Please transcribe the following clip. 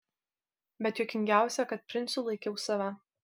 bet juokingiausia kad princu laikiau save